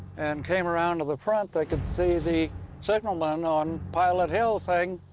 and came around to the front, they could see the signal down on pilot hill saying,